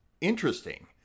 interesting